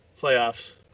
playoffs